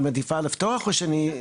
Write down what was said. את מעדיפה לפתוח או שאני?